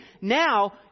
now